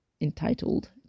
entitled